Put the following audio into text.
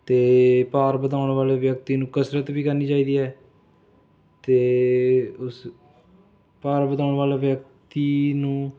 ਅਤੇ ਭਾਰ ਵਧਾਉਣ ਵਾਲੇ ਵਿਅਕਤੀ ਨੂੰ ਕਸਰਤ ਵੀ ਕਰਨੀ ਚਾਹੀਦੀ ਹੈ ਅਤੇ ਉਸ ਭਾਰ ਵਧਾਉਣ ਵਾਲੇ ਵਿਅਕਤੀ ਨੂੰ